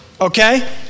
Okay